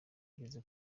ageze